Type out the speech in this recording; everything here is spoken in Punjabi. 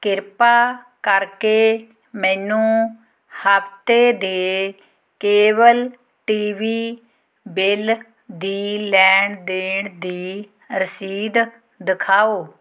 ਕਿਰਪਾ ਕਰਕੇ ਮੈਨੂੰ ਹਫ਼ਤੇ ਦੇ ਕੇਬਲ ਟੀ ਵੀ ਬਿੱਲ ਦੀ ਲੈਣ ਦੇਣ ਦੀ ਰਸੀਦ ਦਿਖਾਓ